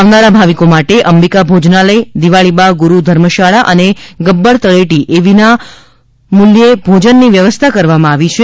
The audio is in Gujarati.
આવનારા ભાવિકો માટે અંબિકા ભોજનાલય દિવાળીબા ગુરૂ ધર્મશાળા અને ગબ્બર તળેટી એ વિના મુલ્યે ભોજનની વ્યવસ્થા કરવામાં આવી છે